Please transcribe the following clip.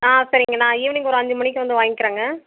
ஆ சரிங்க நான் ஈவினிங் ஒரு அஞ்சு மணிக்கு வந்து வாய்ங்க்கிறேங்க